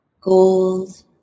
gold